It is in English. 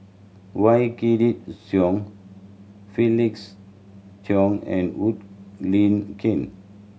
Wykidd Song Felix Cheong and Wood Lin Ken